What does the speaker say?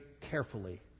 carefully